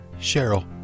Cheryl